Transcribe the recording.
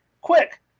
quick